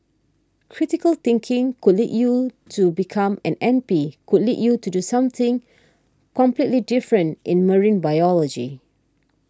critical thinking could lead you to become an M P could lead you to do something completely different in marine biology